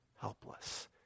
helpless